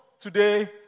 today